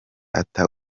ata